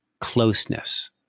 closeness